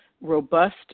robust